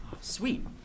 Sweet